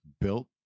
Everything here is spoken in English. built